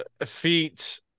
Feet